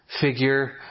figure